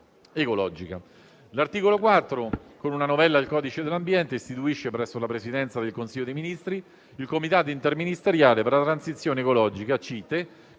ecologica. L'articolo 4, con una novella al codice dell'ambiente, istituisce presso la Presidenza del Consiglio dei ministri il Comitato interministeriale per la transizione ecologica (CITE)